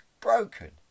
broken